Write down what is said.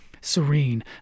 serene